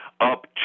up